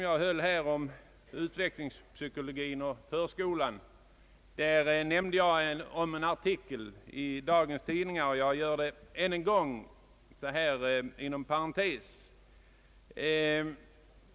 I mitt anförande förut om utveckligspsykologien och förskolan nämnde jag en artikel i dagens tidningar, och jag gör det än en gång så här inom parentes.